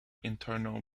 infernal